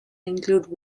include